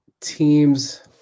teams